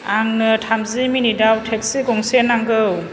आंनो थामजि मिनिटआव टेक्सि गंसे नांगौ